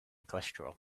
cholesterol